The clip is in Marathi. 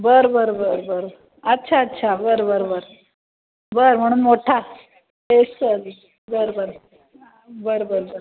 बरं बरं बरं बरंं अच्छा अच्छा बरं बरं बरं बरं म्हणून मोठा तेच अगदी बरं बरं बरं बरं बरं